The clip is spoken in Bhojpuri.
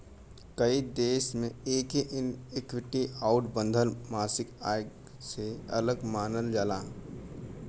कई देश मे एके इक्विटी आउर बंधल मासिक आय से अलग मानल जाला